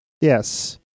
Yes